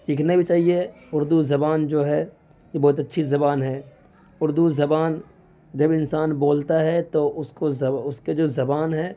سیکھنا بھی چاہیے اردو زبان جو ہے یہ بہت اچھی زبان ہے اردو زبان جب انسان بولتا ہے تو اس کو اس کے جو زبان ہے